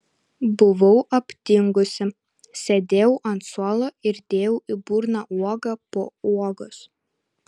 buvau aptingusi sėdėjau ant suolo ir dėjau į burną uogą po uogos